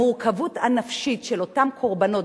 המורכבות הנפשית של אותם קורבנות,